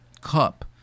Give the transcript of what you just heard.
cup